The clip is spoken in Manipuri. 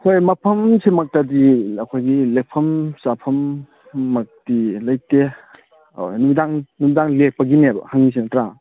ꯍꯣꯏ ꯃꯐꯝꯁꯤꯃꯛꯇꯗꯤ ꯑꯩꯈꯣꯏꯒꯤ ꯂꯦꯛꯐꯝ ꯆꯥꯐꯝ ꯃꯛꯇꯤ ꯂꯩꯇꯦ ꯅꯨꯡꯗꯥꯡ ꯅꯨꯡꯗꯥꯡ ꯂꯦꯛꯄꯒꯤꯅꯦꯕ ꯍꯪꯉꯤꯁꯤ ꯅꯠꯇ꯭ꯔꯥ